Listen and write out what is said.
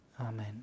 Amen